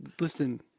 Listen